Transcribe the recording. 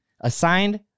assigned